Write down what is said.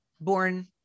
born